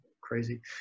crazy